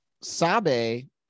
Sabe